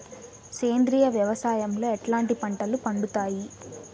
సేంద్రియ వ్యవసాయం లో ఎట్లాంటి పంటలు పండుతాయి